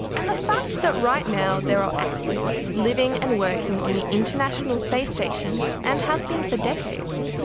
and the fact that right now there are astronauts living and working on the international space station and have been for decades,